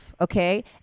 okay